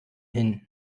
hin